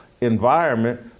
environment